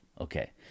Okay